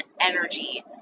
energy